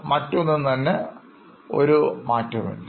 മറ്റൊന്നിനും തന്നെ ഒരു മാറ്റവുമില്ല